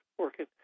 working